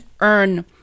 earn